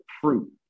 fruit